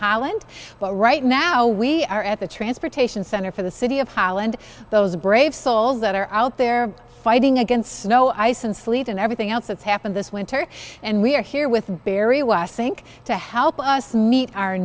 holland but right now we are at the transportation center for the city of holland those brave souls that are out there fighting against snow ice and sleet and everything else that's happened this winter and we're here with barry west sink to help us meet